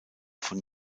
von